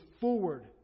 forward